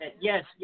Yes